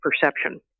perception